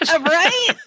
right